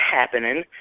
happening